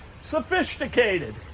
Sophisticated